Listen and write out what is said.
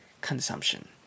consumption